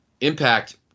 Impact